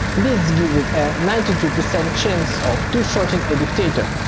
this gives it a ninety two percent chance of two shotting a dictator.